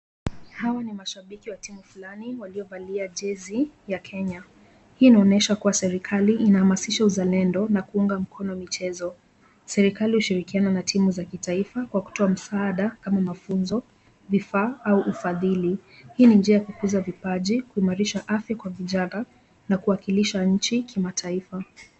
Hawa ni mashabiki ya timu flani waliovalia jezi ya kenya. Hii inaonyesho kwa serikali inahamasisha uzalendo na kuunga mkono michezo. Serikali hushirikiana na timu za kitaifa kwa kutoa msaada kama mafunzo, vifaa, au ufadhili. Hii ni njia ya kuza vipaji, kuimarisha afya kwa vijana na kuwasilisha nchi kimataifa.